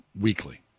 weekly